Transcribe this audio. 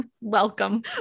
welcome